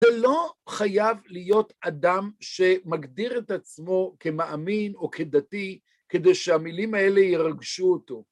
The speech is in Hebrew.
אתה לא חייב להיות אדם שמגדיר את עצמו כמאמין או כדתי כדי שהמילים האלה ירגשו אותו.